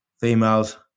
Females